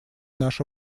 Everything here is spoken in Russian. наше